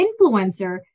influencer